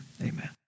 amen